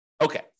Okay